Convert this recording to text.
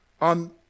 on